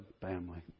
family